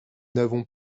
n’avons